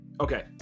Okay